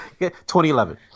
2011